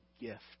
gift